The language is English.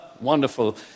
wonderful